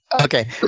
Okay